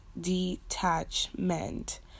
detachment